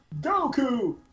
Goku